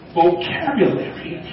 vocabulary